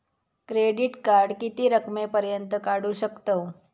Credit card किती रकमेपर्यंत काढू शकतव?